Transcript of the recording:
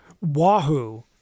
Wahoo